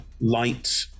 light